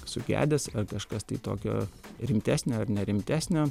sugedęs ar kažkas tai tokio rimtesnio ar ne rimtesnio